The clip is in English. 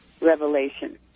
revelation